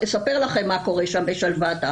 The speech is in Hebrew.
אספר לכם מה קורה שם בשלוותה,